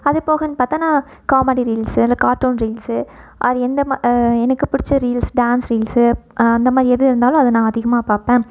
அதுப்போகன்னு பார்த்தா நான் comedy reels இல்லை கார்ட்டூன் ரீல்ஸு அது எந்த எனக்கு பிடிச்ச ரீல்ஸ் டான்ஸ் ரீல்ஸு அந்தமாதிரி எது இருந்தாலும் அது நான் அதிகமாக பாப்பேன்